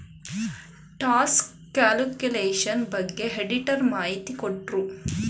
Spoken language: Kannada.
ಟ್ಯಾಕ್ಸ್ ಕ್ಯಾಲ್ಕುಲೇಷನ್ ಬಗ್ಗೆ ಆಡಿಟರ್ ಮಾಹಿತಿ ಕೊಟ್ರು